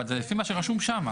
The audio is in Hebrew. זה לפי מה שרשום שם.